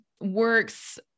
works